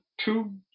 two